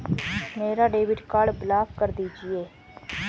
मेरा debit card block कर दीजिए